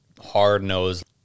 hard-nosed